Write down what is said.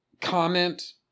comment